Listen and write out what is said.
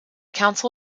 council